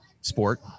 sport